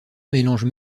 mélangent